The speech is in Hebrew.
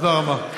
תודה רבה.